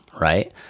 right